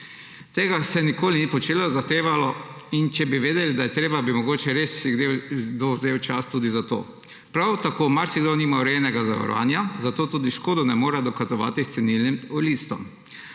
Tega se nikoli ni počelo, zahtevalo. Če bi vedeli, da je to potrebno, bi si mogoče res kdo vzel čas tudi za to. Prav tako marsikdo nima urejenega zavarovanja, zato tudi škode ne more dokazovati s cenilnim listom.